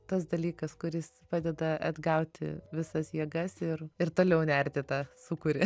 tas dalykas kuris padeda atgauti visas jėgas ir ir toliau nerti tą sūkurį